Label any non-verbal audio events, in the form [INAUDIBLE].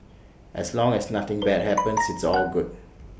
as long as nothing [NOISE] bad happens it's all good